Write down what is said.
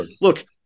Look